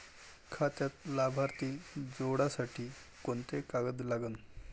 खात्यात लाभार्थी जोडासाठी कोंते कागद लागन?